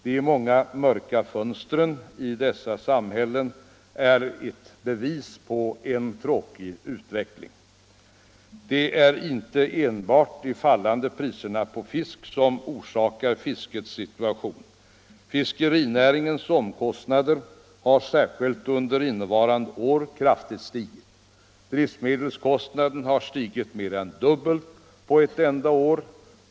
De många mörka fönstren i dessa samhällen är bevis på en tråkig utveckling. Det är inte enbart de fallande priserna på fisk som orsakar fiskets situation. Fiskerinäringens omkostnader har, särskilt under innevarande år, kraftigt stigit. Drivmedelskostnaden har stigit mer än dubbelt på ett enda år.